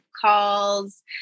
calls